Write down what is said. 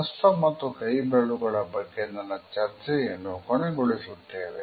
ಹಸ್ತ ಮತ್ತು ಕೈಬೆರಳುಗಳ ಬಗ್ಗೆ ನನ್ನ ಚರ್ಚೆಯನ್ನು ಕೊನೆಗೊಳಿಸುತ್ತೇನೆ